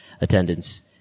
attendance